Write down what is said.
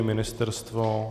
Ministerstvo?